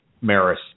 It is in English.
Maris